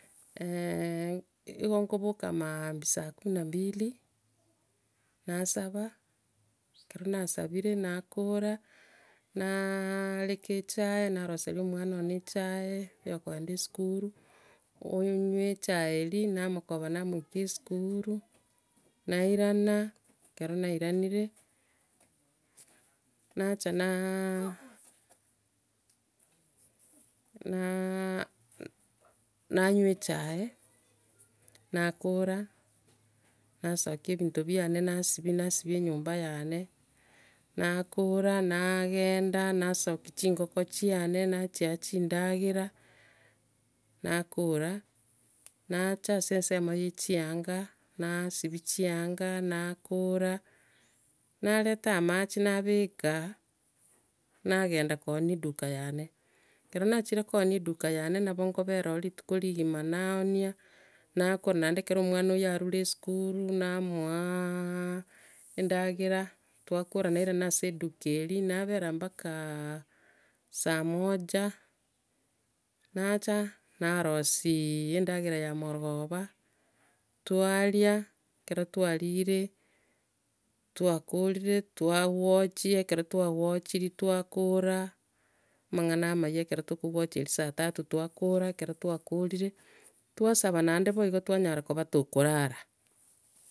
igo nkoboka maambia saa kumi na mbili, naasaba, ekero naasabire, nakoora, na areka echae, naroseria omwana one echae, oyokogenda esukuru, onywa echae eria, namokoba namoikia esukuru, nairana, kero nairanire, nacha na na un- nanywa echae, nakoora, nasokia ebinto biane, nasibia, nasibia enyomba yane, nakora, nagenda, nasaboki chingoko chiane, nachia chindagera nakoora, nacha nase ensemo ye chianga, nasibi chianga, nakoora, nareta amache nabeka nagenda koonia eduka yane, kero nachire koonia eduka yaane, nabo nkobera oo rituko rigima naonia, nakor- naende ekero omwana oyio arure esukuru, namoa endagera twakoora nere nase eduka eria, nabera mpaka saa moja nacha narosia endagera ya marogoba, twaria, ekero twarire, twakorire, twawochia, ekero twawochirie, twakoora, amang'ana amaya ekero tokowocheri saa tatu, twakoora, ekero twakoorire, twasaba naende bo igo twanyara koba tokoorara.